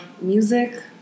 music